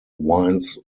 winds